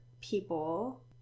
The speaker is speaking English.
people